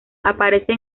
aparece